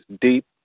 Deep